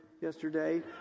yesterday